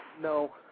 No